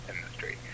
industry